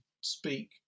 speak